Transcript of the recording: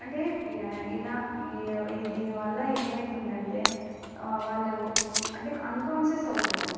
అంటే ఈయా ఇలా ఈ దీని వల్ల ఏమయితుందంటే వాళ్ళు అంటే అన్కాన్సియస్ అవుతున్నారు